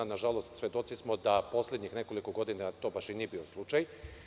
Nažalost, svedoci smo da poslednjih nekoliko godina to baš i nije bio slučaj.